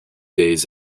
days